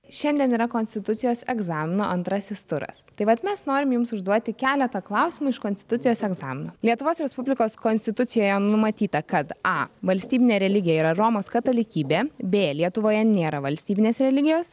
šiandien yra konstitucijos egzamino antrasis turas tai vat mes norim jums užduoti keletą klausimų iš konstitucijos egzamino lietuvos respublikos konstitucijoje numatyta kad a valstybinė religija yra romos katalikybė b lietuvoje nėra valstybinės religijos